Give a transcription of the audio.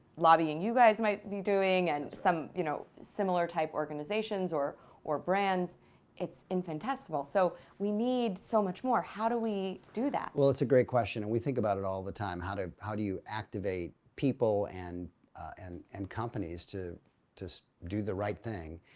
lobbying you guys might be doing and some you know similar type organizations or or brands it's infinitesimal, so we need so much more. how do we do that? well, it's a great question and we think about it all the time how do you activate people and and and companies to to so do the right thing?